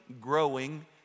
growing